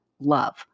Love